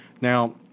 Now